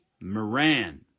Moran